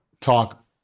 talk